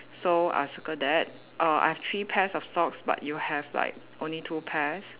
so I circle that err I have three pairs of socks but you have like only two pair